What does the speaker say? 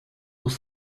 was